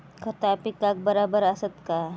खता पिकाक बराबर आसत काय?